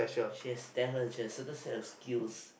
she has Stella she has certain set of skills